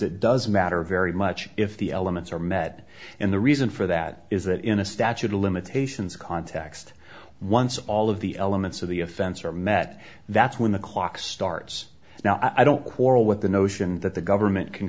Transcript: it doesn't matter very much if the elements are met and the reason for that is that in a statute of limitations context once all of the elements of the offense are met that's when the clock starts now i don't quarrel with the notion that the government can